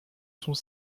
sont